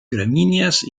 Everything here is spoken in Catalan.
gramínies